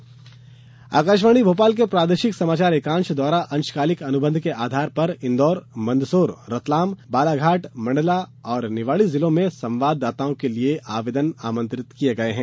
अंशकालिक संवाददाता आकाशवाणी भोपाल के प्रादेशिक समाचार एकांश द्वारा अंशकालिक अनुबंध के आधार पर इन्दौर मंदसौर रतलाम बालाघाट मंडला और निवाड़ी जिलों में संवाददाताओं के लिये आवेदन आमंत्रित किये गये हैं